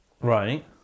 Right